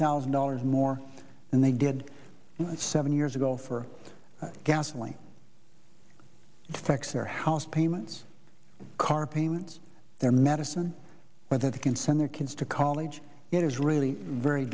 thousand dollars more than they did seven years ago for gasoline tax their house payments car payments their medicine whether they can send their kids to college it is really very